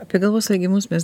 apie galvos svaigimus mes